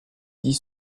dit